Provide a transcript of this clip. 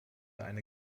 eine